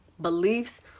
beliefs